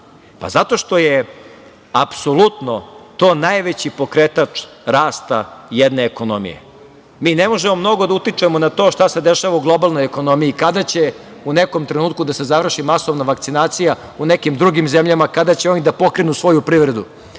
Zato što je apsolutno to najveći pokretač rasta jedne ekonomije i mi ne možemo mnogo da utičemo na to šta se dešava u globalnoj ekonomiji i kada će u nekom trenutku da se završi masovna vakcinacija u nekim drugim zemljama, kada će oni da pokrenu svoju privredu. Ono